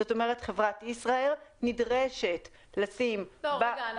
זאת אומרת שחברת ישראייר נדרשת לשים --- רגע,